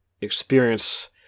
experience